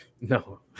No